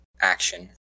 action